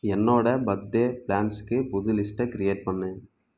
என்னோட பர்த்டே பிளான்ஸுக்கு புது லிஸ்ட்டை க்ரியேட் பண்ணு